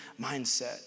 mindset